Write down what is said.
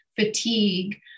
fatigue